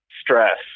stress